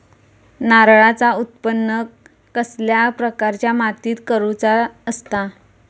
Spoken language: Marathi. नारळाचा उत्त्पन कसल्या प्रकारच्या मातीत करूचा असता?